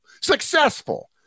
successful